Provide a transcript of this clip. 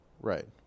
right